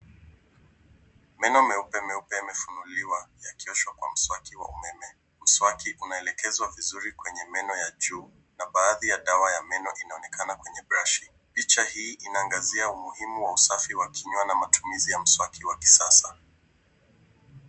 Meno meupe meupe yamefunuliwa yakioshwa kwa mswaki wa umeme. Mswaki unaelekezwa vizuri kwenye meno ya juu na baadhi ya dawa ya meno inaonekana kwenye brushi. Picha hii inaangazia umuhimu wa usafi wa kinywa na matumizi ya mswaki wa kisasa.